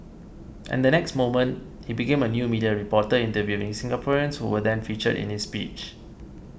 and the next moment he became a new media reporter interviewing Singaporeans who were then featured in his speech